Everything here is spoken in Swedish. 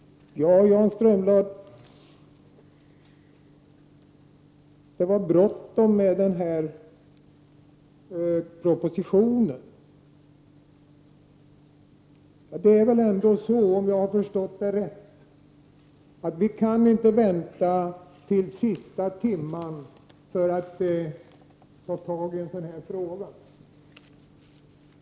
Varför var det så bråttom med propositionen? undrade Jan Strömdahl. Om jag har förstått det rätt, kan vi inte vänta till sista timman med att ta tag i en sådan här fråga.